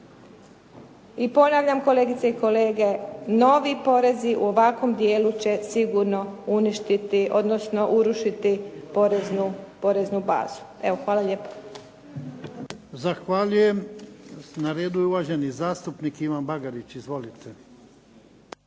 I ponavljam kolegice i kolege, novi porezi u ovakvom dijelu će sigurno uništiti odnosno urušiti poreznu bazu. Hvala lijepa. **Jarnjak, Ivan (HDZ)** Zahvaljujem. Na redu je uvaženi zastupnik Ivan Bagarić. Izvolite.